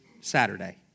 Saturday